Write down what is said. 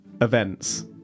events